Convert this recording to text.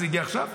זה הגיע עכשיו?